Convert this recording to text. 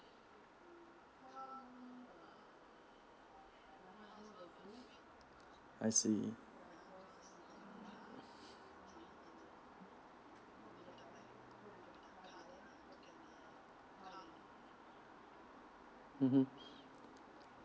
I see (uh huh)